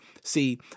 See